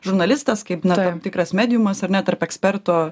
žurnalistas kaip na tam tikras mediumas ar ne tarp eksperto